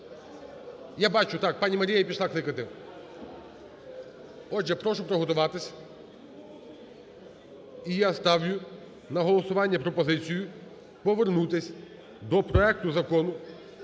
Я бачу, так, пані Марія пішла кликати. Отже, прошу приготуватися, і я ставлю на голосування пропозицію повернутися до проекту Закону